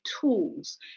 tools